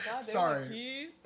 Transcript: Sorry